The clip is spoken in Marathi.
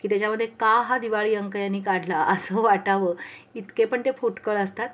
की त्याच्यामध्ये का हा दिवाळी अंक यांनी काढला असं वाटावं इतके पण ते फुटकळ असतात